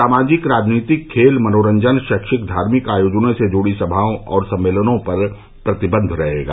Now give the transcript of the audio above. सामाजिक राजनीतिक खेल मनोरंजन शैक्षिक धार्मिक आयोजनों से जुड़ी सभाओं और सम्मेलनों पर प्रतिबंध रहेगा